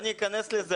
לזה,